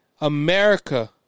America